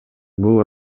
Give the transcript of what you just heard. бул